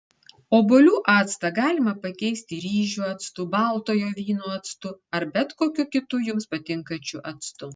obuolių actą galima pakeisti ryžių actu baltojo vyno actu ar bet kokiu kitu jums patinkančiu actu